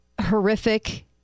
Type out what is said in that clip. horrific